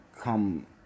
come